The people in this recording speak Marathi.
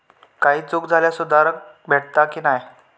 काही चूक झाल्यास सुधारक भेटता की नाय?